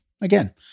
Again